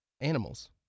animals